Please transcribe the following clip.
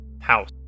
house